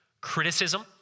criticism